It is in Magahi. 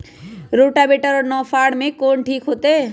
रोटावेटर और नौ फ़ार में कौन ठीक होतै?